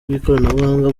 bw’ikoranabuhanga